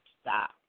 Stop